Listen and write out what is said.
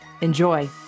Enjoy